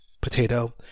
potato